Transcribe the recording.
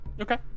Okay